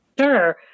Sure